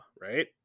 right